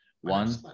one